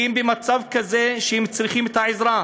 הם במצב כזה שהם צריכים את העזרה,